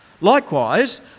Likewise